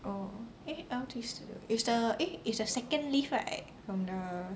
oh eh L_T 十六 is the eh is the second lift right from the